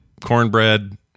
cornbread